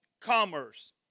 commerce